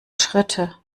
schritte